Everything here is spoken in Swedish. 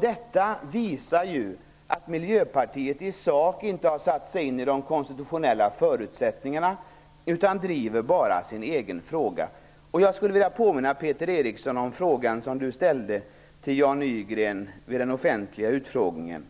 Detta visar att Miljöpartiet inte har satt sig in i de konstitutionella förutsättningarna i sak utan bara driver sin egen fråga. Jag skulle vilja påminna Peter Eriksson om den fråga han ställde till Jan Nygren vid den offentliga utfrågningen: